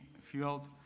fueled